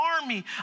army